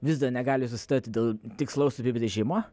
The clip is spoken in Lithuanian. vis dar negali susitarti dėl tikslaus apibrėžimo